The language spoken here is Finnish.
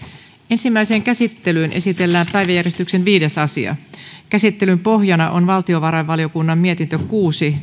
ensimmäiseen käsittelyyn esitellään päiväjärjestyksen viides asia käsittelyn pohjana on valtiovarainvaliokunnan mietintö kuusi